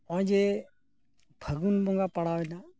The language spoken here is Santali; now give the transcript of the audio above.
ᱦᱚᱸᱜᱼᱚᱭ ᱡᱮ ᱯᱷᱟᱹᱜᱩᱱ ᱵᱚᱸᱜᱟ ᱯᱟᱲᱟᱣᱮᱱᱟ